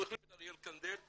הוא החליף את אריאל קנדל,